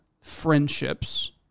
friendships